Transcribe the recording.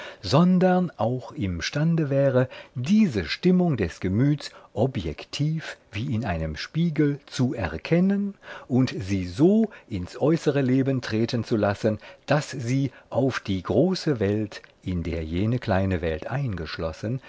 sondern auch imstande wäre diese stimmung des gemüts objektiv wie in einem spiegel zu erkennen und sie so ins äußere leben treten zu lassen daß sie auf die große welt in der jene kleine welt eingeschlossen